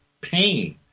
pain